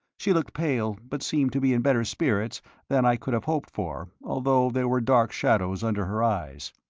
she looked pale, but seemed to be in better spirits than i could have hoped for, although there were dark shadows under her eyes.